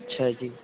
ਅੱਛਾ ਜੀ